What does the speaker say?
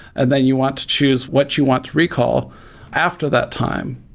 and then you want to choose what you want to recall after that time.